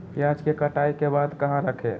प्याज के कटाई के बाद कहा रखें?